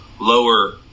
lower